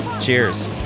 cheers